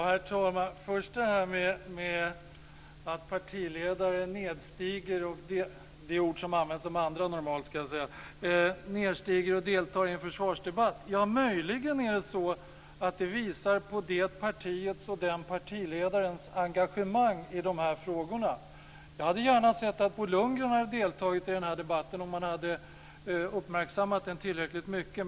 Herr talman! Att partiledare nedstiger - det är ett ord som normalt används om andra - och deltar i en försvarsdebatt visar möjligen på det partiets och den partiledarens engagemang i de här frågorna. Jag hade gärna sett att Bo Lundgren hade deltagit i den här debatten om han hade uppmärksammat den tillräckligt mycket.